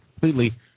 completely